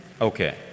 Okay